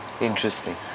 Interesting